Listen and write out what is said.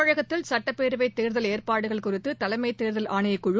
தமிழகத்தில் சுட்டப்பேரவைதேர்தல் ஏற்பாடுகள் குறித்து தலைமைத் தேர்தல் ஆணையக்குழு